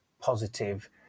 positive